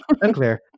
Unclear